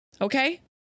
Okay